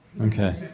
Okay